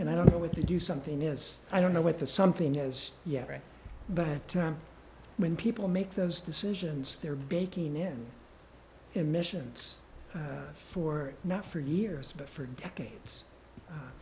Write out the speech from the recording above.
and i don't know what to do something is i don't know what the something is yet but time when people make those decisions they're baking in emissions for not for years but for decades